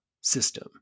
system